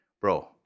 bro